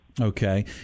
Okay